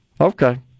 Okay